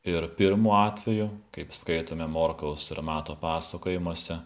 ir pirmu atveju kaip skaitome morkaus ir mato pasakojimuose